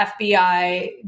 FBI